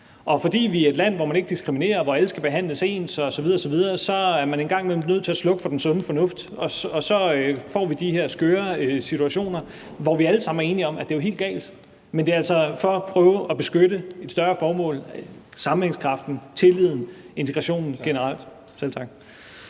Og fordi vi er et land, der ikke diskriminerer, og hvor alle skal behandles ens osv. osv., så er man en gang imellem nødt til at slukke for den sunde fornuft, og så får vi de her skøre situationer, hvor vi alle sammen er enige om, at det jo er helt galt. Men det er altså for at prøve at beskytte et større formål, nemlig sammenhængskraften, tilliden, integrationen generelt. Kl.